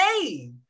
Hey